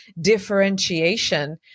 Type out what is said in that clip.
differentiation